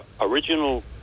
original